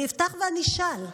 אני אפתח ואני אשאל: